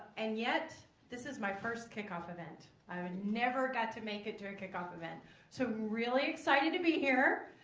and yet this is my first kickoff event. i had never got to make it to a kickoff event so really excited to be here!